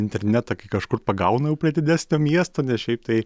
internetą kai kažkur pagauna jau prie didesnio miesto nes šiaip tai